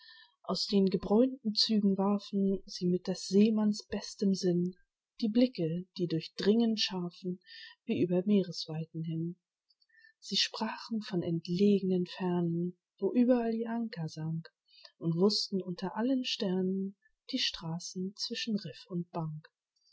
aus den gebräunten zügen warfen sie mit des seemanns bestem sinn die blicke die durchdringend scharfen wie über meeresweiten hin sie sprachen von entlegnen fernen wo überall ihr anker sank und wußten unter allen sternen die straßen zwischen riff und bank